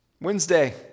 Wednesday